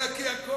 אלא כי הקואליציה,